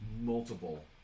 multiple